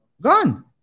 Gone